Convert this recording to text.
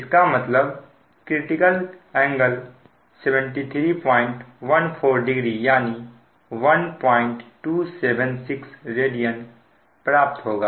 इसका मतलब critical angle 73140 यानी 1276 रेडियन प्राप्त होगा